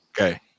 okay